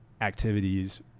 activities